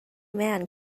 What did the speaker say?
man